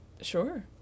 sure